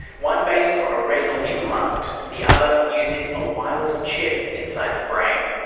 one based on a retinal implant, the other using a wireless chip inside the brain.